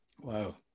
Wow